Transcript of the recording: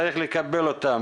צריך לקבל אותם.